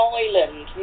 island